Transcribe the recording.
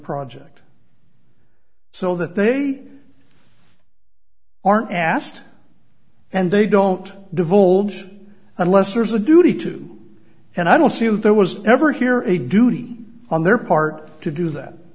project so that they aren't asked and they don't divulge unless there's a duty to and i don't see that there was ever here a duty on their part to do that